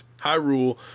Hyrule